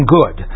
good